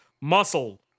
muscle